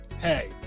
hey